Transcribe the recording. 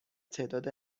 تعداد